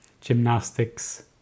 gymnastics